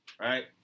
right